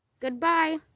Goodbye